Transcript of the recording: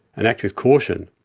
and act with caution,